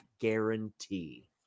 guarantee